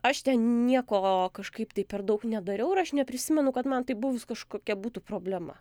aš nieko kažkaip tai per daug nedariau ir aš neprisimenu kad man tai buvus kažkokia būtų problema